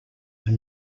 are